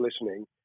listening